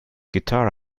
guitar